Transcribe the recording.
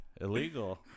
illegal